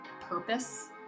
purpose